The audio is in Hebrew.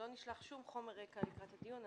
לא נשלח שום רקע לקראת הדיון,